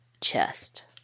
chest